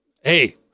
hey